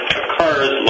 occurs